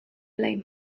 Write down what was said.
blame